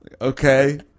Okay